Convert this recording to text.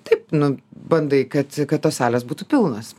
taip nu bandai kad kad tos salės būtų pilnos